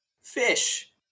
fish